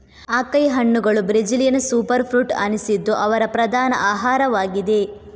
acai ಹಣ್ಣುಗಳು Brazilian super fruit ಅನಿಸಿದ್ದು ಅವರ ಪ್ರಧಾನ ಆಹಾರವಾಗಿದೆ